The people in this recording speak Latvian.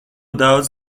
daudz